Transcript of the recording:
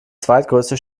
zweitgrößte